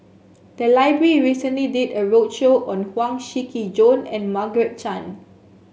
the library recently did a roadshow on Huang Shiqi Joan and Margaret Chan